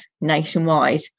nationwide